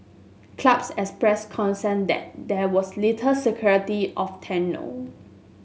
clubs expressed concern that there was little security of tenure